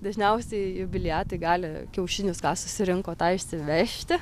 dažniausiai jubiliatai gali kiaušinius ką susirinko tai išsivežti